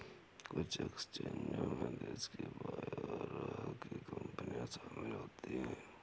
कुछ एक्सचेंजों में देश के बाहर की कंपनियां शामिल होती हैं